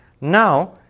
Now